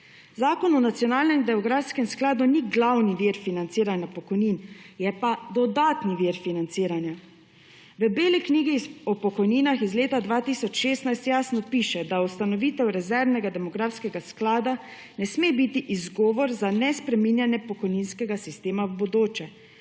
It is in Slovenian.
Zakon o nacionalnem demografskem skladu ni glavni vir financiranja pokojnin, je pa dodaten vir financiranja. V beli knjigi o pokojninah iz leta 2016 jasno piše, da ustanovitev rezervnega demografskega sklada ne sme biti izgovor za **24. TRAK: (TB) – 10.55**